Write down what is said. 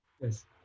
Yes